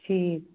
ਠੀਕ